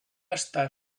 estar